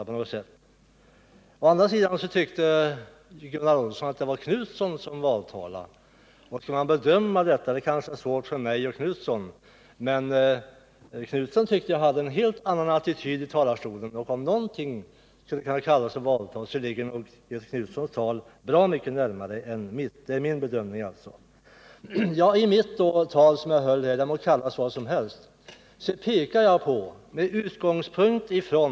Å andra sidan tyckte Gunnar Olsson att det var Göthe Knutson som valtalade. Om jag skall bedöma talen — det kanske är svårt för både mig och Göthe Knutson — tyckte jag att Göthe Knutson hade en helt annan attityd än jag i talarstolen och att Göthe Knutsons tal ligger bra mycket närmare än mitt om någonting skall kunna kallas för valtal. I det tal som jag höll — det må kallas för vad som helst — pekade jag på det enskilda näringslivets misslyckanden.